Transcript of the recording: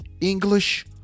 English